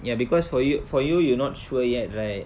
ya because for you for you you not sure yet right